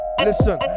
Listen